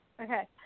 Okay